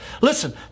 Listen